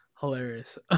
hilarious